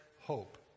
hope